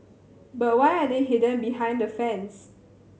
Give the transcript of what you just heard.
but why are they hidden behind a fence